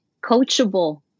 coachable